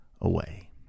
away